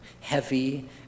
Heavy